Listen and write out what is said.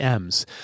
Ms